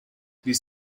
these